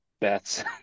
bets